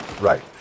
Right